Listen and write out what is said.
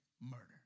murder